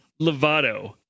Lovato